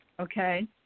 Okay